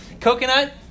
Coconut